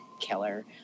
killer